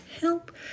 help